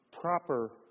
proper